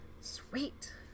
Sweet